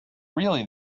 really